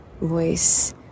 voice